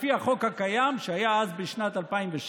לפי החוק שהיה קיים אז, בשנת 2006,